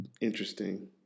interesting